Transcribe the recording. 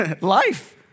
life